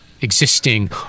existing